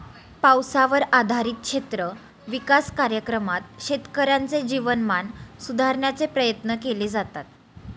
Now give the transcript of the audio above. पावसावर आधारित क्षेत्र विकास कार्यक्रमात शेतकऱ्यांचे जीवनमान सुधारण्याचे प्रयत्न केले जातात